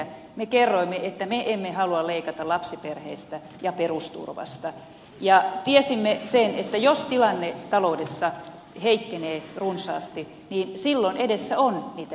me kerroimme että me emme halua leikata lapsiperheiltä ja perusturvasta ja tiesimme sen että jos tilanne taloudessa heikkenee runsaasti niin silloin edessä on niitä leikkauksia